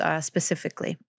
specifically